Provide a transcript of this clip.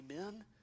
amen